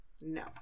No